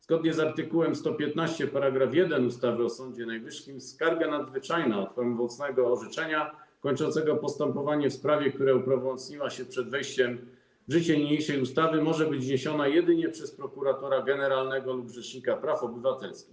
Zgodnie z art. 115 § 1 ustawy o Sądzie Najwyższym skarga nadzwyczajna od prawomocnego orzeczenia kończącego postępowanie w sprawie, która uprawomocniła się przed wejściem w życie niniejszej ustawy, może być wniesiona jedynie przez prokuratora generalnego lub rzecznika praw obywatelskich.